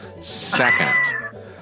second